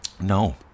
No